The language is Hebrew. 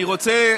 אני רוצה